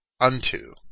unto